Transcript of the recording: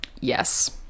Yes